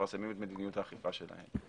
מפרסמים את מדיניות האכיפה שלהם.